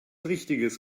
richtiges